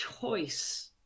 choice